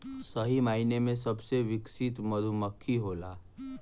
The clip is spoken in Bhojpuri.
सही मायने में सबसे विकसित मधुमक्खी होला